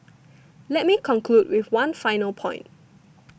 let me conclude with one final point